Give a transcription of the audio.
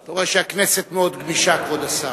אתה רואה שהכנסת מאוד גמישה, כבוד השר.